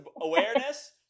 awareness